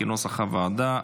כנוסח הוועדה.